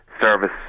service